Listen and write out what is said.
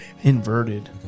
inverted